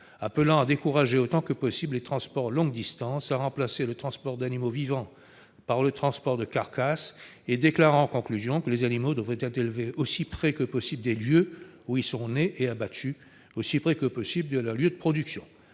appelant à « décourager autant que possible les transports longues distances », à « remplacer le transport d'animaux vivants par le transport des carcasses » et déclarant, en conclusion, que « les animaux devraient être élevés aussi près que possible des lieux où ils sont nés et abattus aussi près que possible de leur lieu de production